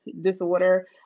disorder